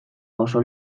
oso